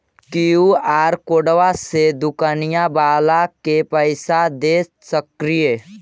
QR कोडबा से दुकनिया बाला के पैसा दे सक्रिय?